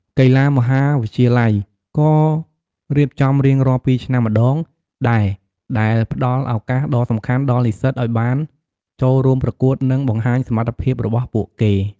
កីឡាមហាវិទ្យាល័យ ក៏ រៀបចំរៀងរាល់ ២ ឆ្នាំម្ដង ដែរ ដែលផ្ដល់ ឱកាស ដ៏សំខាន់ដល់ និស្សិត ឲ្យបាន ចូលរួមប្រកួត និង បង្ហាញសមត្ថភាព របស់ពួកគេ។